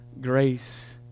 grace